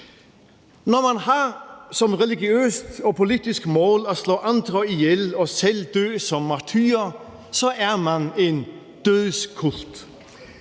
Når man har som religiøst og politisk mål at slå andre ihjel og selv dø som martyr, så er man en dødskult.